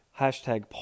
hashtag